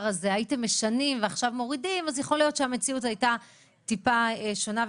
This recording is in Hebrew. הזה והייתם משנים ועכשיו מורידים יכול להיות שהמציאות הייתה קצת שונה.